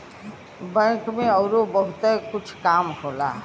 bank में अउरो बहुते कुछ काम होला